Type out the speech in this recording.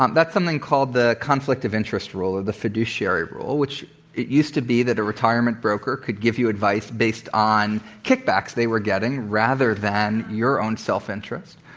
um that's something called the conflict of interest rule, or the fiduciary rule, which it used to be that a retirement broker could give you advice based on kickbacks they were getting rather than your own self-interest.